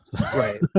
right